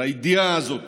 אבל הידיעה הזאת